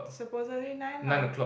supposedly nine lah